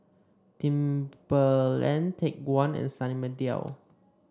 Timberland Take One and Sunny Meadow